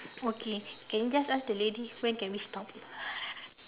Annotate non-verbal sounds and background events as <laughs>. okay can you just ask the lady when can we stop <laughs>